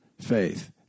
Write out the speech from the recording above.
faith